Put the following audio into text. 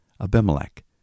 Abimelech